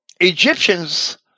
Egyptians